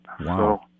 Wow